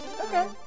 okay